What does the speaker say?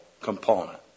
component